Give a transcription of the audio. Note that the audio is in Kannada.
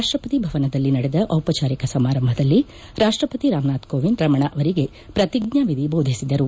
ರಾಷ್ಷಪತಿ ಭವನದಲ್ಲಿಂದು ನಡೆದ ಟಿಪಚಾರಿಕ ಸಮಾರಂಭದಲ್ಲಿ ರಾಷ್ಟಪತಿ ರಾಮನಾಥ್ ಕೋವಿಂದ್ ರಮಣ ಅವರಿಗೆ ಪ್ರತಿಜ್ಞಾನಿಧಿ ಬೋಧಿಸಿದರು